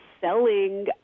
selling